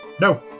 No